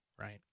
right